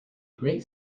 great